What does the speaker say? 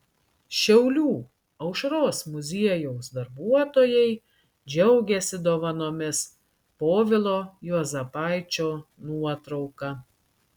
šiaulių aušros muziejaus darbuotojai džiaugiasi dovanomis povilo juozapaičio nuotrauka